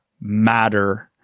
matter